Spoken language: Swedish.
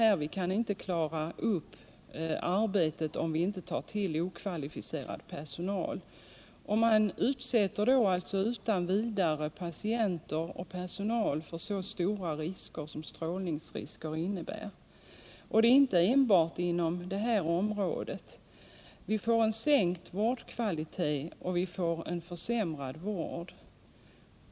Man säger att man inte kan klara arbetet om man inte tar in okvalificerad personal. Man utsätter då utan vidare patienter och personal för de stora risker som strålningen innebär. Men verkningarna visar sig inte enbart inom detta område. Vi får en sänkt vårdkvalitet och en försämrad vård.